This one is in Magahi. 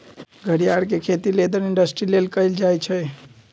घरियार के खेती लेदर इंडस्ट्री लेल कएल जाइ छइ